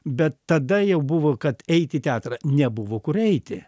bet tada jau buvo kad eit į teatrą nebuvo kur eiti